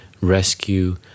rescue